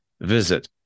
Visit